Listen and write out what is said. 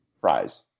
fries